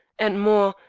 and more,